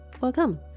welcome